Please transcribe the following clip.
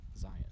Zion